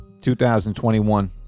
2021